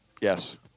Yes